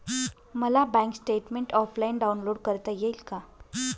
मला bank statement offline download करता येईल का?